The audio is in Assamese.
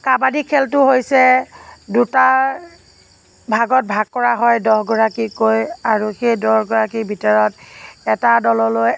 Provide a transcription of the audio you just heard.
কাবাডী খেলটো হৈছে দুটাৰ ভাগত ভাগ কৰা হয় দহগৰাকীকৈ আৰু সেই দহগৰাকীৰ ভিতৰত এটা দললৈ